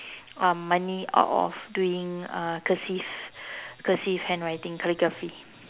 um money out of doing uh cursive cursive handwriting calligraphy